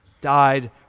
Died